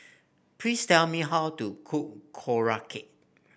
please tell me how to cook Korokke